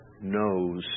knows